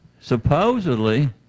supposedly